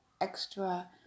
extra